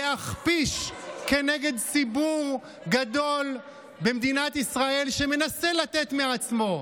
את מנסה להכפיש ציבור גדול במדינת ישראל שמנסה לתת מעצמו,